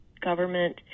government